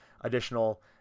additional